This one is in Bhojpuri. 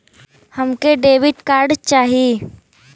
हमके डेबिट कार्ड चाही?